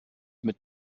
mit